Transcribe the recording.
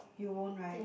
you won't right